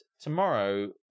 Tomorrow